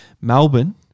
Melbourne